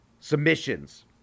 submissions